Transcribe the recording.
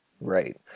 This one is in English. Right